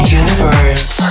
universe